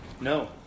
no